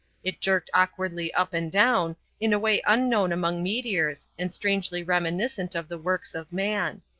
it jerked awkwardly up and down in a way unknown among meteors and strangely reminiscent of the works of man.